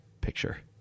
picture